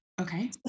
okay